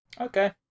Okay